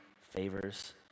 favors